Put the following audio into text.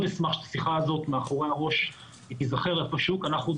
אשמח שהשיחה הזאת תיזכר איפשהו מאחורי הראש כי אנחנו עוד